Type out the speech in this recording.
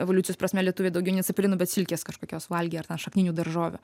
evoliucijos prasme lietuviai daugiau ne cepelinų bet silkės kažkokios valgė ar ten šakninių daržovių